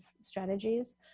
strategies